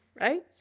right